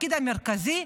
התפקיד המרכזי,